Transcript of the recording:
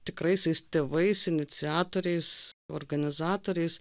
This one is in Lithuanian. tikraisiais tėvais iniciatoriais organizatoriais